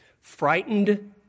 Frightened